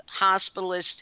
hospitalist